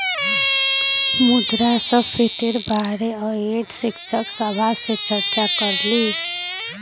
मुद्रास्फीतिर बारे अयेज शिक्षक सभा से चर्चा करिल